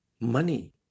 money